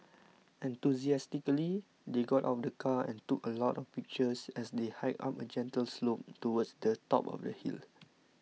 enthusiastically they got out of the car and took a lot of pictures as they hiked up a gentle slope towards the top of the hill